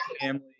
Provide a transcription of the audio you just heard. family